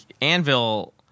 Anvil